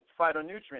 phytonutrients